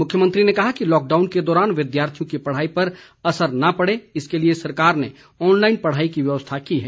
मुख्यमंत्री ने कहा कि लॉकडाउन के दौरान विद्यार्थियों की पढ़ाई पर असर न पड़े इसके लिए सरकार ने ऑनलाइन पढ़ाई की व्यवस्था की है